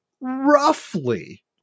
roughly